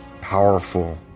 powerful